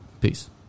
Peace